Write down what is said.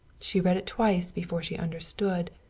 she read it twice before she understood,